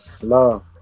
love